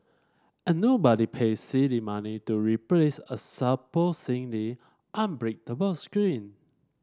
and nobody paid silly money to replace a unbreakable screen